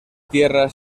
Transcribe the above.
tierras